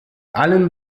allen